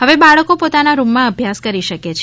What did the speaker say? હવે બાળકો પોતાના રૂમમાં અભ્યાસ કરી શકે છે